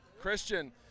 Christian